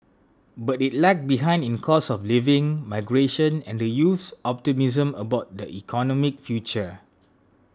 but it lagged behind in cost of living migration and the youth's optimism about their economic future